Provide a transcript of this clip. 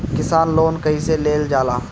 किसान लोन कईसे लेल जाला?